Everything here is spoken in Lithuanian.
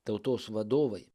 tautos vadovai